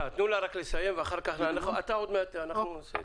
השכר שלהם נמוך מזה.